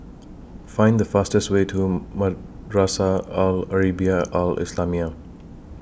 Find The fastest Way to Madrasah Al Arabiah Al Islamiah